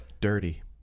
Dirty